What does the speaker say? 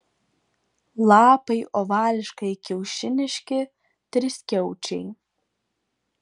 lapai ovališkai kiaušiniški triskiaučiai